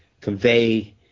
convey